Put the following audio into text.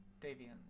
Davians